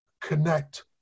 connect